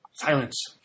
Silence